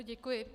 Děkuji.